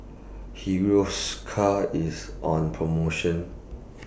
Hiruscar IS on promotion